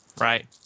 Right